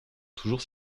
toujours